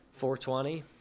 420